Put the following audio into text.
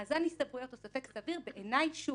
מאזן הסתברויות או ספק סביר הם בעיניי לא